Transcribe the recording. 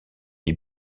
qui